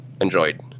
enjoyed